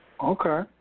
Okay